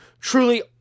truly